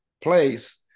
place